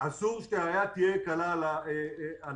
אסור שהיד תהיה קלה על הסגר.